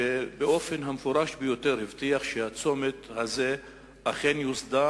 שבאופן המפורש ביותר הבטיח שהצומת הזה אכן יוסדר